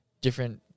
different